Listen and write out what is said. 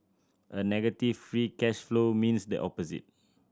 a negative free cash flow means the opposite